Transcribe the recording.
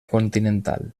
continental